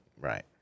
Right